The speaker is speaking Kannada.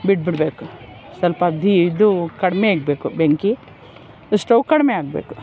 ಬಿಟ್ಬಿಡಬೇಕು ಸ್ವಲ್ಪ ಅದ್ದಿ ಇದು ಕಡಿಮೆ ಇಡಬೇಕು ಬೆಂಕಿ ಸ್ಟೌವ್ ಕಡಿಮೆ ಆಗಬೇಕು